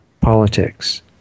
politics